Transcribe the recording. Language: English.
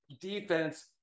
defense